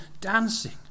dancing